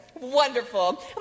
Wonderful